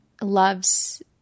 loves